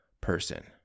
person